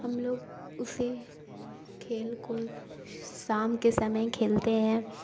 ہم لوگ اسی کھیل کو سام کے سمے کھیلتے ہیں